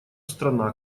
страна